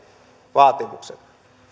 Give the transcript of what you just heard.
vaatimukset